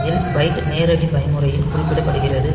அதில் பைட் நேரடி பயன்முறையில் குறிப்பிடப்படுகிறது